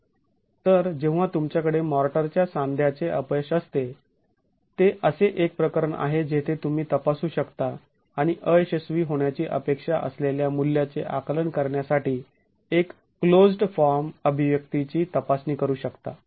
तर जेव्हा तुमच्याकडे मॉर्टरच्या सांध्याचे अपयश असते ते असे एक प्रकरण आहे जेथे तुम्ही तपासू शकता आणि अयशस्वी होण्याची अपेक्षा असलेल्या मूल्याचे आकलन करण्यासाठी एक क्लोज्ड् फॉर्म अभिव्यक्तीची तपासणी करू शकता